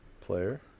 player